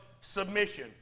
submission